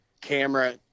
camera